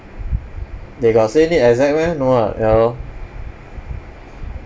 they got say need exact meh no [what] ya lor